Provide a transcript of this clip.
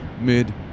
mid